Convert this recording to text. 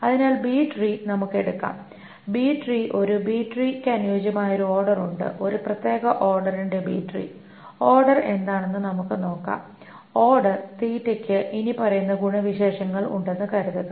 അതിനാൽ B tree നമുക്ക് എടുക്കാം ബി ട്രീ ഒരു ബി ട്രീക്ക് അനുയോജ്യമായ ഒരു ഓർഡർ ഉണ്ട് ഒരു പ്രത്യേക ഓർഡറിന്റെ ബി ട്രീ ഓർഡർ എന്താണെന്ന് നമുക്ക് നോക്കാം ഓർഡർ ക്കു ഇനിപ്പറയുന്ന ഗുണവിശേഷങ്ങൾ ഉണ്ടെന്ന് കരുതുക